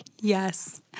Yes